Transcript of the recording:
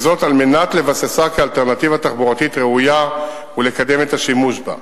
וזאת על מנת לבססה כאלטרנטיבה תחבורתית ראויה ולקדם את השימוש בה.